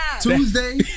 Tuesday